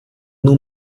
nur